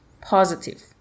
positive